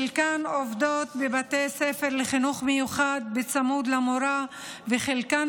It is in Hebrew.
חלקן עובדות בבתי ספר לחינוך מיוחד בצמוד למורה וחלקן